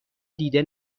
دیده